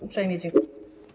Uprzejmie dziękuję.